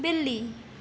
बिल्ली